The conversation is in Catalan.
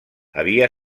havia